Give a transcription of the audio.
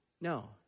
no